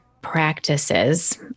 practices